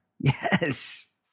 Yes